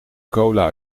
cola